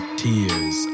tears